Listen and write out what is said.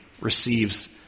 receives